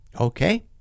Okay